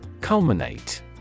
Culminate